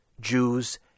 Jews